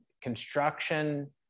construction